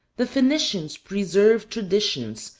the phoenicians preserved traditions,